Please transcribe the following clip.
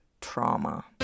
trauma